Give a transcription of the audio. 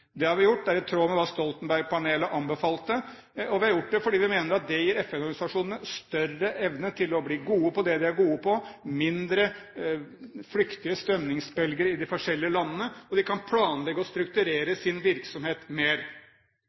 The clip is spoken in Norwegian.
vi har gjort, er i tråd med hva Stoltenberg-panelet anbefalte. Og vi har gjort det fordi vi mener det gir FN-organisasjonene større evne til å bli gode på det de er gode på, mindre flyktige strømningsbølger i de forskjellige landene, og de kan planlegge og strukturere sin virksomhet mer.